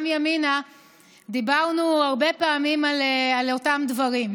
ימינה דיברנו הרבה פעמים על אותם דברים.